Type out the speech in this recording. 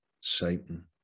Satan